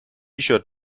shirt